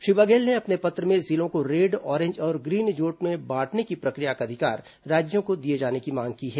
श्री बघेल ने अपने पत्र में जिलों को रेड ऑरेंज और ग्रीन जोन में बांटने की प्रक्रिया का अधिकार राज्यों को दिए जाने की मांग की है